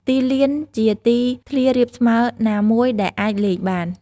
ទីលាន ជាទីធ្លារាបស្មើណាមួយដែលអាចលេងបាន។